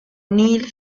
neil